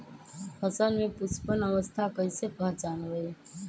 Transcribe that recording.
फसल में पुष्पन अवस्था कईसे पहचान बई?